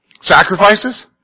Sacrifices